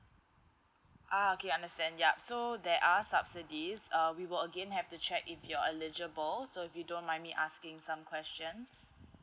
ah okay understand yup so there are subsidies uh we will again have to check if you're eligible so if you don't mind me asking some questions